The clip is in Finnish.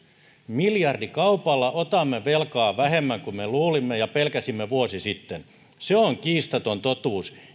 miljardikaupalla otamme velkaa vähemmän kuin me luulimme ja pelkäsimme vuosi sitten se on kiistaton totuus